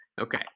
Okay